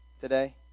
today